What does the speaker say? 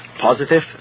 positive